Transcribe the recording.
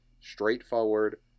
straightforward